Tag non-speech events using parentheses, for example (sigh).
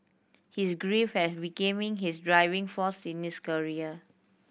his grief had became (unintelligible) his driving force in his career